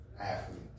athletes